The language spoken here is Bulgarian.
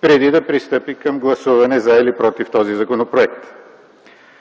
преди да престъпи към гласуване „за” или „против” този законопроект?